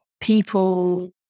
people